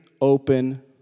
open